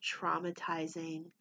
traumatizing